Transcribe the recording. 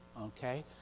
Okay